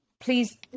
please